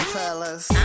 fellas